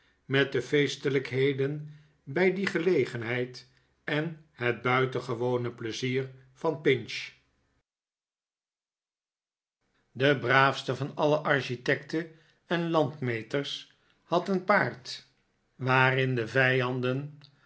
met de feestelijkheden bij die gelegenheid en het buitengewone pleizier van pinch de braafste van alle architecten en landmeters had een paard waarin de vijanden